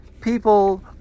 people